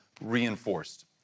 reinforced